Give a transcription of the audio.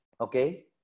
Okay